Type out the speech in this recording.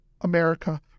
America